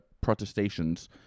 protestations